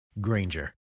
Granger